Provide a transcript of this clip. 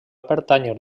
pertànyer